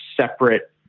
separate